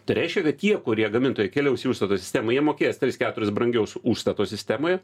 tai reiškia kad tie kurie gamintojai keliaus į užstato sistemą jie mokės tris keturis brangiau su užstato sistemoje